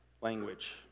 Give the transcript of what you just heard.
language